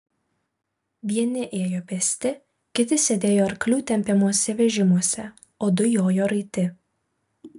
vieni ėjo pėsti kiti sėdėjo arklių tempiamuose vežimuose o du jojo raiti